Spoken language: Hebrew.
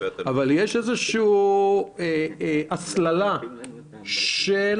אבל כן יש איזושהי הסללה של